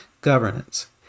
governance